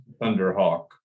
Thunderhawk